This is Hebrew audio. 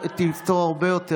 הוא ענה לה.